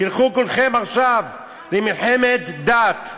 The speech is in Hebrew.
תלכו כולכם עכשיו למלחמת דת.